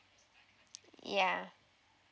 ya